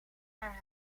naar